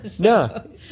No